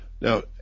Now